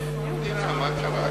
למה המדינה?